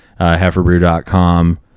heiferbrew.com